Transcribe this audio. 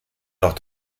noch